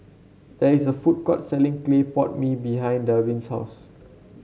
there is a food court selling Clay Pot Mee behind Darvin's house